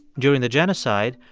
during the genocide,